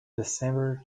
december